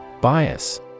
Bias